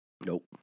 Nope